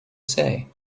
say